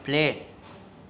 play